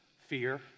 Fear